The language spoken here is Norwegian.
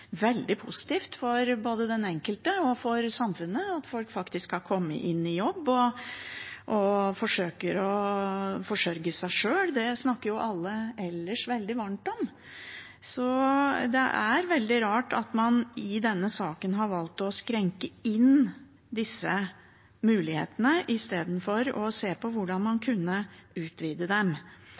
veldig positivt – både for den enkelte og for samfunnet – at de faktisk kan komme i jobb og forsøker å forsørge seg sjøl. Det snakker alle ellers veldig varmt om. Så det er veldig rart at man i denne saken har valgt å innskrenke disse mulighetene, istedenfor å se på hvordan man kunne utvide dem.